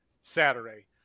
Saturday